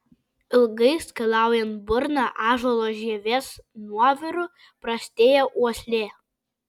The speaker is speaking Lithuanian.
ilgai skalaujant burną ąžuolo žievės nuoviru prastėja uoslė